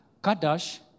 kadash